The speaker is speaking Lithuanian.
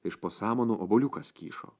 iš po samanų obuoliukas kyšo